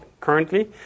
currently